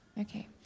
Okay